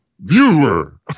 viewer